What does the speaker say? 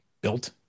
built